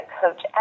coach